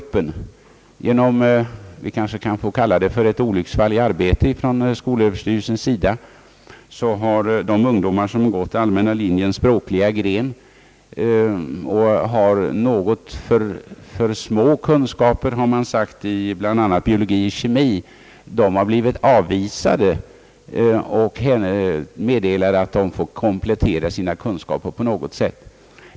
Genom vad vi kanske får kalla ett olycksfall i arbetet från skolöverstyrelsens sida har de ungdomar, som gått allmänna linjens språkliga gren och som har något för små kunskaper i biologi och kemi, blivit avvisade med meddelande om att de måste komplettera sina kunskaper på något sätt.